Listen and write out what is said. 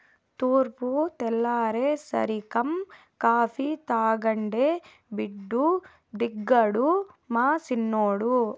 తూర్పు తెల్లారేసరికం కాఫీ తాగందే బెడ్డు దిగడు మా సిన్నోడు